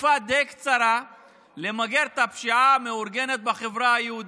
בתקופה די קצרה למגר את הפשיעה המאורגנת בחברה היהודית.